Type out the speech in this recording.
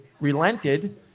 relented